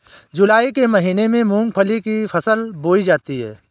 जूलाई के महीने में मूंगफली की फसल बोई जाती है